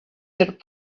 that